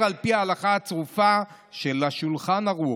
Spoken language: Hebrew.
על פי ההלכה הצרופה של השולחן ערוך.